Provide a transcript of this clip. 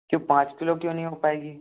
क्यों पाँच किलो क्यों नहीं हो पाएगी